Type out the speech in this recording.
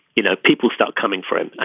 you know people start coming for him.